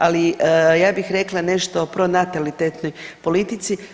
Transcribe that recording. Ali ja bih rekla nešto o pronatalitetnoj politici.